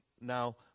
now